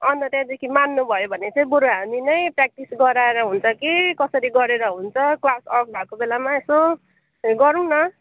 अन्त त्यहाँदेखि मान्नु भयो भने चाहिँ बरु हामी नै प्र्याक्टिस गराएर हुन्छ कि कसरी गरेर हुन्छ क्लास अफ भएको बेलामा यसो गरौँ न